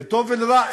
לטוב ולרע,